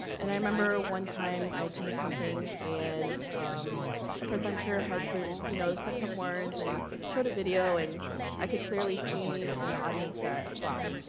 and i remember one time i attended something and um a present er had you know, said some words and showed a video and i could clearly see in the audience that wow,